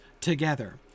together